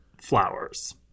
flowers